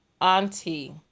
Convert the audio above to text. auntie